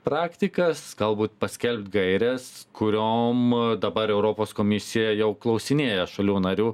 praktikas galbūt paskelbt gaires kuriom dabar europos komisija jau klausinėja šalių narių